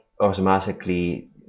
automatically